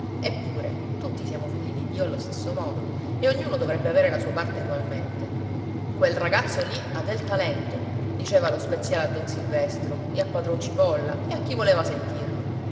eppure tutti siamo figli di dio allo stesso modo e ognuno dovrebbe avere la sua parte egualmente quel ragazzo lì ha del talento diceva lo speziale a don silvestro e a padron cipolla e a chi voleva sentirlo